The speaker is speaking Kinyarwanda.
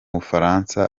bufaransa